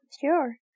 sure